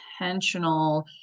intentional